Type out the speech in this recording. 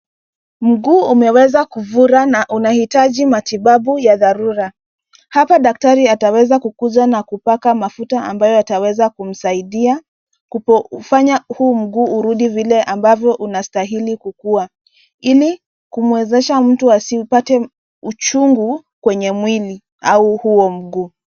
Mguu umeweza kufura na unahitaji matibabu ya dharura. Hapa daktari ataweza kukuja na kupaka mafuta ambayo yataweza kumsaidia kufanya huu mguu urudi vile ambavyo unastahili kukuwa ilikumwezesha mtu asipate uchungu kwenye mwili au huo mguu.